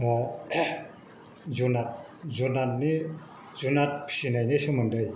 जुनार फिसिनायनि सोमोन्दै